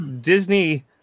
Disney